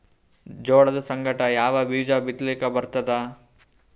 ಜೋಳದ ಸಂಗಾಟ ಯಾವ ಬೀಜಾ ಬಿತಲಿಕ್ಕ ಬರ್ತಾದ?